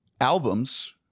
albums